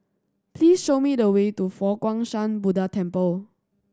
please show me the way to Fo Guang Shan Buddha Temple